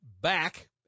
back